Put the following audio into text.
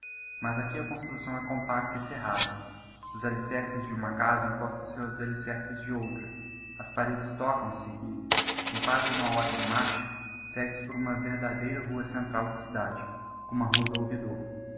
mas aqui a construcção é compacta e cerrada os alicerces de uma casa encostam se aos alicerces de outra as paredes tocam se e com quasi uma hora de marcha segue-se por uma verdadeira rua central de cidade como a rua do ouvidor